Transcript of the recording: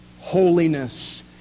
holiness